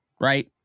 right